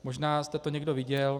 Možná jste to někdo viděl.